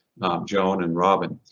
joan and robin.